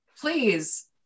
please